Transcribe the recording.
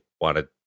wanted